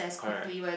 correct